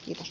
kiitos